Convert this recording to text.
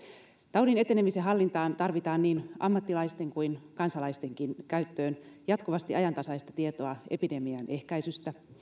taudin etenemisen hallintaan tarvitaan niin ammattilaisten kuin kansalaistenkin käyttöön jatkuvasti ajantasaista tietoa epidemian ehkäisystä